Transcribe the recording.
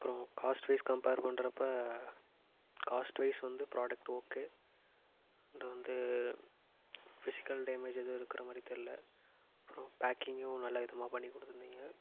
அப்புறம் cost wise compare பண்ணுறப்ப cost wise வந்து ப்ராடக்ட் ஓகே அண்ட் வந்து பிசிக்கல் டேமேஜ் எதுவும் இருக்கிறமாரி தெரியல அப்புறம் பேக்கிங்கும் நல்ல விதமாக பண்ணி கொடுத்துருந்தீங்க